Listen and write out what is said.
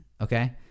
okay